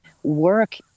work